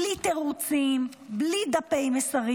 בלי תירוצים, בלי דפי מסרים.